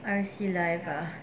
R_C life ah